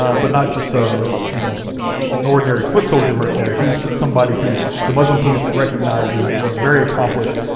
ah but not just a, you know an ordinary foot soldier mercenary, he's somebody who the muslim kings recognize as a very accomplished